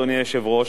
אדוני היושב-ראש,